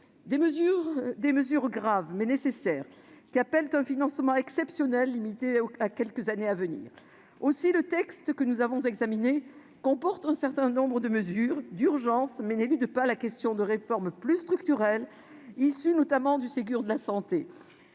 Des mesures graves mais nécessaires, qui appellent un financement exceptionnel, limité aux quelques années à venir. Aussi, le texte que nous avons examiné comporte un certain nombre de mesures d'urgence, mais n'élude pas la question de réformes plus structurelles, issues notamment du Ségur de la santé.